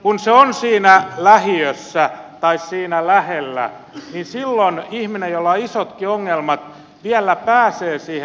kun se on siinä lähiössä tai siinä lähellä niin silloin ihminen jolla on isotkin ongelmat vielä pääsee siihen